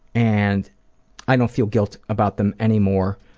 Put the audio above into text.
and i don't feel guilty about them anymore.